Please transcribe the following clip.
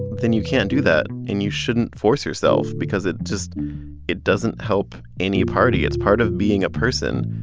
then you can't do that. and you shouldn't force yourself because it just it doesn't help any party. it's part of being a person,